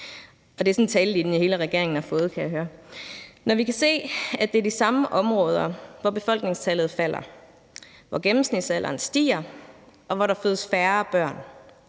det er sådan en talelinje, hele regeringen har fået, kan jeg høre. Når vi kan se, at det er de samme områder, hvor befolkningstallet falder, hvor gennemsnitsalderen stiger, og hvor der fødes færre børn;